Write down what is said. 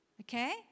okay